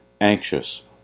anxious